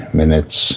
minutes